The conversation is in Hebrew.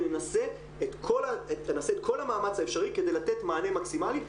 ונעשה את כל המאמץ האפשרי כדי לתת מענה מקסימלי.